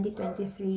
2023